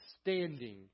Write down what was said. standing